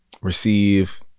receive